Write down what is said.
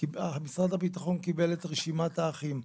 משרד הביטחון קיבל את רשימת האחים.